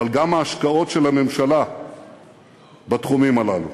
אבל גם ההשקעות של הממשלה בתחומים הללו.